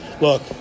Look